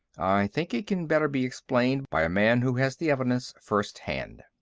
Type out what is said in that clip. i think it can better be explained by a man who has the evidence first-hand.